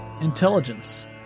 intelligence